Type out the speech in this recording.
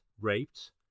raped